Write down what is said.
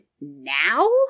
now